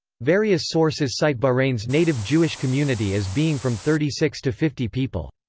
various sources cite bahrain's native jewish community as being from thirty six to fifty people.